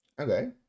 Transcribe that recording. Okay